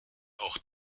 auch